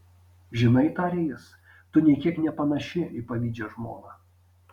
žinai tarė jis tu nė kiek nepanaši į pavydžią žmoną